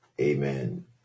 Amen